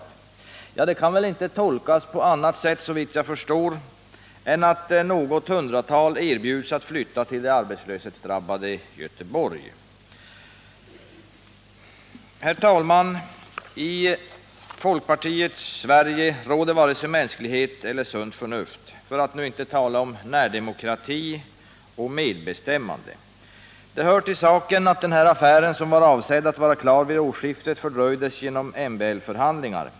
Det kan, såvitt jag förstår, inte tolkas på annat sätt än att något hundratal erbjuds att flytta till det arbetslöshetsdrabbade Göteborg. Herr talman! I folkpartiets Sverige råder varken mänsklighet eller sunt förnuft, för att inte tala om ”närdemokrati” och ”medbestämmande”. Det hör till saken att den här affären, som var avsedd att vara klar vid årsskiftet, fördröjdes genom MBL-förhandlingar.